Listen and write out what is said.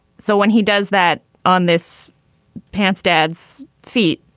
so when he does that on this pants, dad's feet,